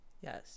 yes